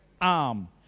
arm